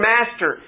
Master